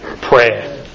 prayer